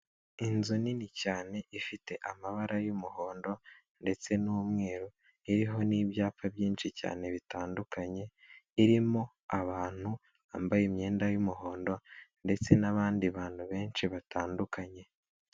Inzu nini cyane, ifite amabara y'umuhondo ndetse n'umweru, iriho n'ibyapa byinshi cyane bitandukanye, irimo abantu bambaye imyenda y'umuhondo, ndetse n'abandi bantu benshi batandukanye.